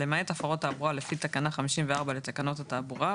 למעט הפרות תעבורה לפי תקנה 54 לתקנות התעבורה,